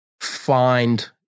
find